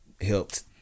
helped